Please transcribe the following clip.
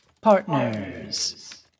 Partners